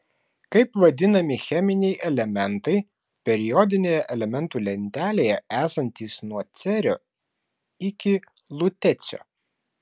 kaip vadinami cheminiai elementai periodinėje elementų lentelėje esantys nuo cerio iki lutecio